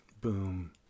boom